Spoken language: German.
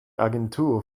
agentur